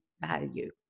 value